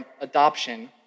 adoption